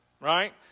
right